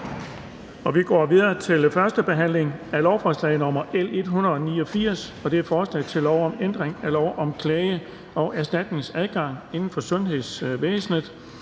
på dagsordenen er: 19) 1. behandling af lovforslag nr. L 189: Forslag til lov om ændring af lov om klage- og erstatningsadgang inden for sundhedsvæsenet.